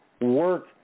work